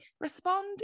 respond